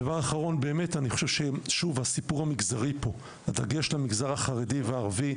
2. הסיפור המגזרי דגש למגזר החרדי והערבי,